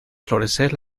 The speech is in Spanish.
florecer